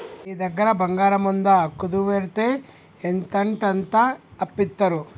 నీ దగ్గర బంగారముందా, కుదువవెడ్తే ఎంతంటంత అప్పిత్తరు